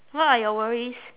what are your worries